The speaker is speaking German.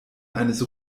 eines